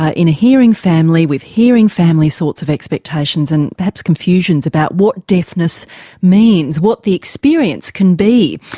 ah in a hearing family with hearing family sorts of expectations and perhaps confusions about what deafness means, what the experience can be.